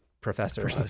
professors